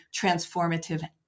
transformative